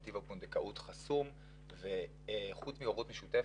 נתיב הפונדקאות חסום וחוץ מהורות משותפת,